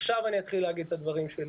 עכשיו אני אתחיל לומר את הדברים שלי.